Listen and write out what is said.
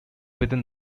within